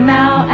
now